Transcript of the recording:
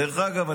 דרך אגב,